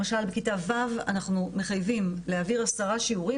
למשל בכיתה ו' אנחנו מחייבים להעביר עשרה שיעורים